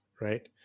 right